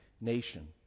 nation